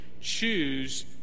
choose